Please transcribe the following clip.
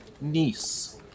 niece